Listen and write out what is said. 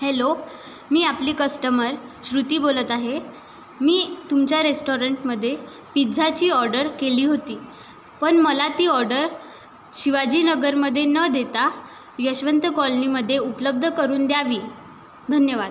hello मी आपली customer Shruti बोलत आहे मी तुमच्या रेस्टॉरंटमध्ये पिझ्झाची ऑडर केली होती पण मला ती ऑडर शिवाजीनगरमध्ये न देता यशवंत कॉलनीमध्ये उपलब्ध करून द्यावी धन्यवाद